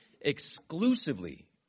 exclusively